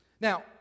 now